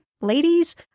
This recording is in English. ladies